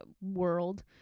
world